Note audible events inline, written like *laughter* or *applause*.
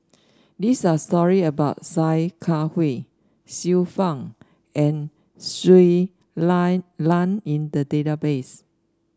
these are story about Sia Kah Hui Xiu Fang and Shui *unintelligible* Lan in the database